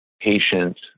patient